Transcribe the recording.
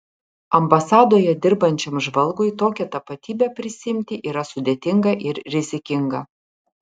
ambasadoje dirbančiam žvalgui tokią tapatybę prisiimti yra sudėtinga ir rizikinga